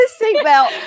seatbelt